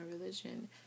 religion